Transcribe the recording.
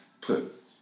put